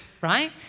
right